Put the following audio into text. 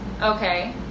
Okay